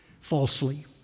falsely